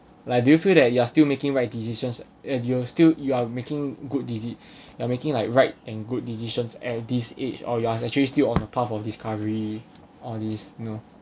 like do you feel that you are still making right decisions and you're still you're making good dici~ you're making like right and good decisions at this age or you are actually still on a path of discovery all these you know